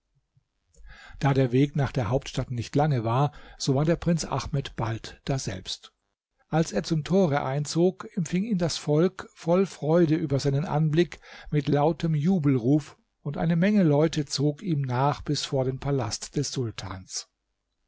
da der weg nach der hauptstadt nicht lange war so war der prinz ahmed bald daselbst als er zum tore einzog empfing ihn das volk voll freude über seinen anblick mit lautem jubelruf und eine menge leute zog ihm nach bis vor den palast des sultans